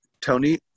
Tony